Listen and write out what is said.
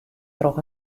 troch